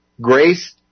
grace